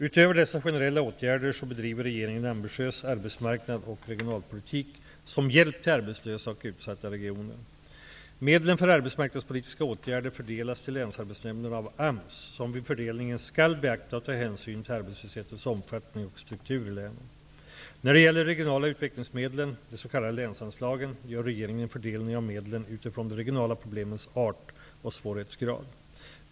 Utöver dessa generella åtgärder bedriver regeringen en ambitiös arbetsmarknads och regionalpolitik som hjälp till arbetslösa och utsatta regioner. Medlen för arbetsmarknadspolitiska åtgärder fördelas till Länsarbetsnämnderna av AMS, som vid fördelningen skall beakta och ta hänsyn till arbetslöshetens omfattning och struktur i länen. När det gäller de regionala utvecklingsmedlen, de s.k. länsanslagen, gör regeringen en fördelning av medlen utifrån de regionala problemens art och svårighetsgrad.